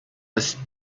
was